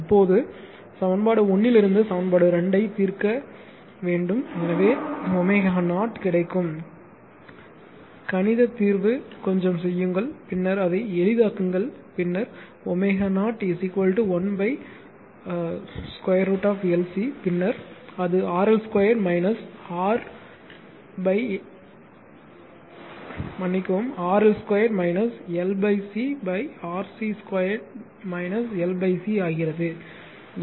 இப்போது சமன்பாடு 1 இலிருந்து சமன்பாடு 2 தீர்க்க வேண்டும் எனவே ω0 கிடைக்கும் கணித தீர்வு கொஞ்சம் செய்யுங்கள் பின்னர் அதை எளிதாக்குங்கள் பின்னர் ω0 1 √LC பின்னர் அது RL 2 L C RC 2 L C ஆகிறது